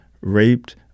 raped